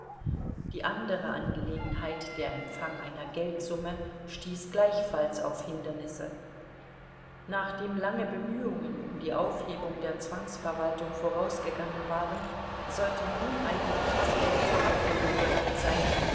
die andere angelegenheit der empfang einer geldsumme stieß gleichfalls auf hindernisse nachdem lange bemühungen um die aufhebung der zwangsverwaltung vorausgegangen waren sollte nun eigentlich das geld zur abholung bereit sein